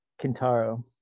Kintaro